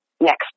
next